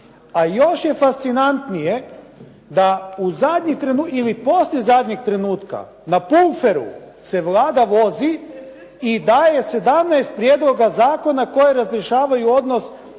A još je fascinantnije da u zadnji trenutak ili poslije zadnjeg trenutka na pumferu se Vlada vozi i daje 17 prijedloga zakona koji razrješavaju odnos